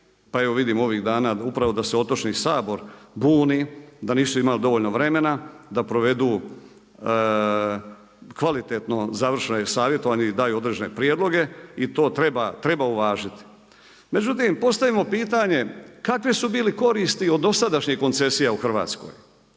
Pa evo vidimo ovih dana upravo da se Otočni sabor buni da nisu imali dovoljno vremena da provedu kvalitetno završno savjetovanje i daju određene prijedloge i to treba uvažiti. Međutim, postavimo pitanje kakve su bile koristi od dosadašnjih koncesija u Hrvatskoj?